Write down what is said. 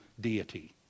deity